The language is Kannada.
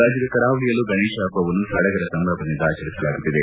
ರಾಜ್ಯದ ಕರಾವಳಿಯಲ್ಲೂ ಗಣೇಶ ಹಬ್ಬವನ್ನು ಸಡಗರ ಸಂಭ್ರಮದಿಂದ ಆಚರಿಸಲಾಗುತ್ತಿದೆ